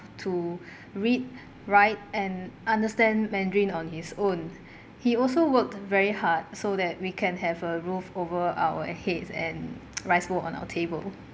to read write and understand mandarin on his own he also worked very hard so that we can have a roof over our heads and rice bowl on our table